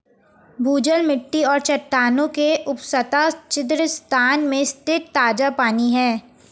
भूजल मिट्टी और चट्टानों के उपसतह छिद्र स्थान में स्थित ताजा पानी है